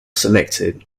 selected